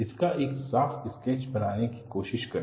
इसका एक साफ स्केच बनाने की कोशिश करें